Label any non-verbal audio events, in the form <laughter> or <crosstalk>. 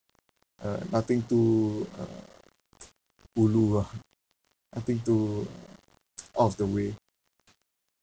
uh nothing too uh <noise> ulu lah nothing too uh out of the way